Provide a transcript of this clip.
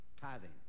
tithing